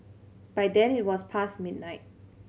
by then it was past midnight